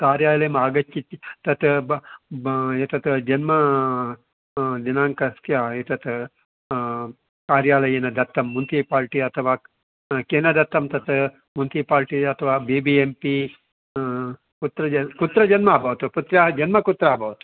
कार्यालयम् आगच्छति तत् वा एतत् जन्म दिनाङ्कस्य एतत् कार्यालयेन दत्तं मुन्सिपाल्टि अथवा केन दत्तं तत् मुन्सिपाल्टि अथवा बि बि एम् पि कुत्र जन्म कुत्र जन्म अभवत् पुत्र्याः जन्म कुत्र अभवत्